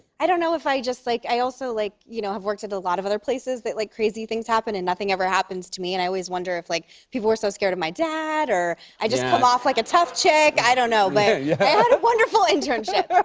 i don't know if i just, like i also, like, you know, have worked at a lot of other places that, like, crazy things happen, and nothing ever happens to me. and i always wonder if, like, people were so scared of my dad or i just come off like a tough chick. i don't know, but yeah yeah i had a wonderful internship.